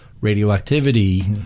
radioactivity